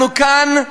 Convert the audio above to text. אנחנו כאן,